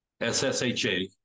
SSHA